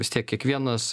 vis tiek kiekvienas